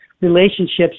relationships